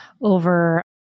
over